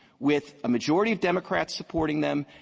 with a majority of democrats supporting them,